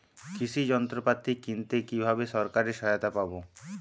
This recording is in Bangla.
কৃষি যন্ত্রপাতি কিনতে কিভাবে সরকারী সহায়তা পাব?